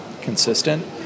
consistent